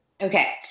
Okay